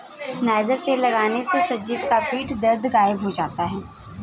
niger तेल लगाने से संजीव का पीठ दर्द गायब हो गया